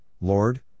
Lord